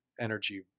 energy